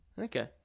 Okay